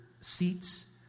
seats